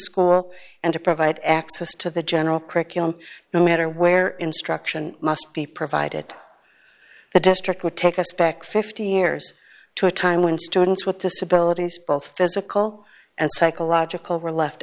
school and to provide access to the general curriculum no matter where instruction must be provided the district would take us back fifty years to a time when students with disabilities both physical and psychological were left